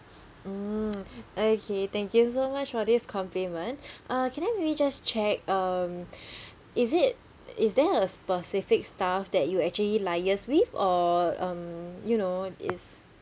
mm okay thank you so much for this compliment uh can I maybe just check um is it is there a specific staff that you actually liaised with or um you know is